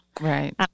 right